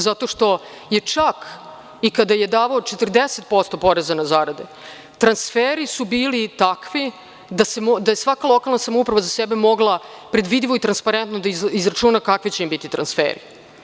Zato što je čak i kada je davao 40% poreza na zarade, transferi su bili takvi da je svaka lokalna samouprava za sebe mogla predvidivo i transparentno da izračuna kakvi će im biti transferi.